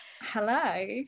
hello